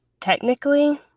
technically